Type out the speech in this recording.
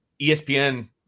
ESPN